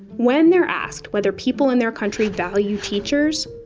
when they're asked whether people in their country value teachers,